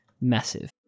Massive